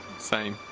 same!